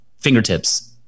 fingertips